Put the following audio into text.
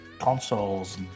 consoles